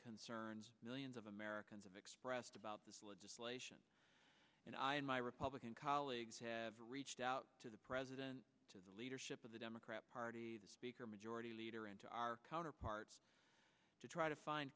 concerns millions of americans have expressed about this legislation and i and my republican colleagues have reached out to the president to the leadership of the democrat party the speaker majority leader and to our counterparts to try to find